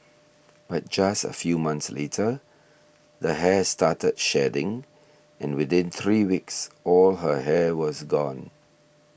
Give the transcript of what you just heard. but just a few months later the hair started shedding and within three weeks all her hair was gone